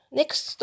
next